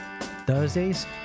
Thursdays